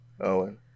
Owen